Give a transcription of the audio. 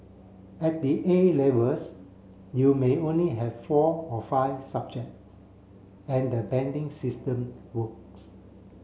at the A Levels you may only have four or five subjects and the banding system works